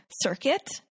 circuit